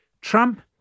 Trump